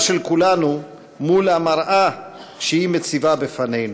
של כולנו מול המראה שהיא מציבה בפנינו,